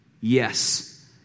yes